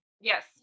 Yes